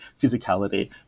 physicality